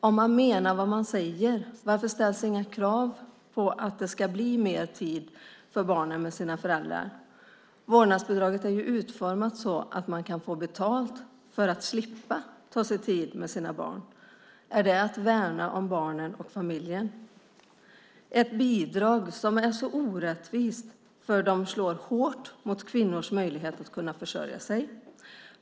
Om han menar vad han säger, varför ställs inga krav på att det ska bli mer tid för barnen med sina föräldrar? Vårdnadsbidraget är utformat så att man kan få betalt för att slippa ta sig tid med sina barn. Är det att värna om barnen och familjen? Det här är ett bidrag som är orättvist eftersom det slår hårt mot kvinnors möjligheter att försörja sig.